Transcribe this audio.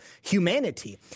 humanity